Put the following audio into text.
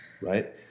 right